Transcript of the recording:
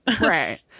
Right